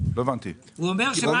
זה מה